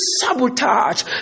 sabotage